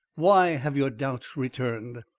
why have your doubts returned?